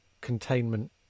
containment